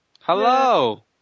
hello